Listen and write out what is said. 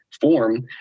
form